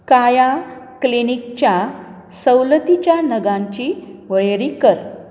काया क्लिनिकाच्या सवलतीच्या नगांची वळेरी कर